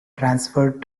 transferred